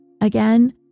Again